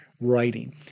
writing